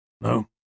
No